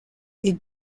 est